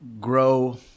grow